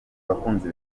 abakunzi